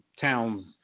Towns